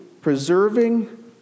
preserving